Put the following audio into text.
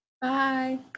Bye